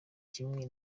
kimwe